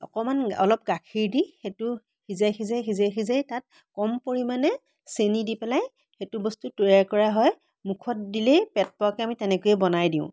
অকণমান অলপ গাখীৰ দি সেইটো সিজাই সিজাই সিজাই সিজাই তাত কম পৰিমাণে চেনি দি পেলাই সেইটো বস্তু তৈয়াৰ কৰা হয় মুখত দিলেই পেট পোৱাকৈ আমি তেনেকৈয়ে বনাই দিওঁ